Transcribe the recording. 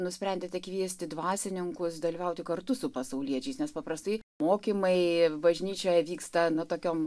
nusprendėte kviesti dvasininkus dalyvauti kartu su pasauliečiais nes paprastai mokymai bažnyčioje vyksta na tokiom